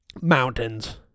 Mountains